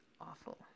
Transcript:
awful